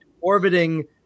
orbiting